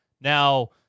Now